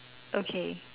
okay